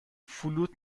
فلوت